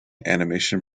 animation